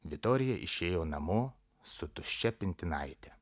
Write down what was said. vitorija išėjo namo su tuščia pintinaite